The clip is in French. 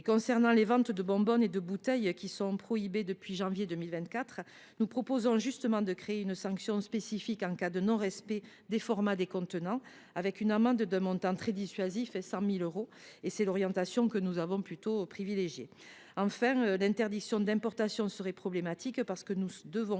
concernant les ventes de bonbonnes et de bouteilles, qui sont prohibées depuis janvier 2024, nous proposons justement de créer une sanction spécifique en cas de non respect des formats des contenants, avec une amende d’un montant tout à fait dissuasif de 100 000 euros. Telle est l’orientation que nous avons privilégiée. Enfin, l’interdiction d’importation serait problématique, puisque nous devons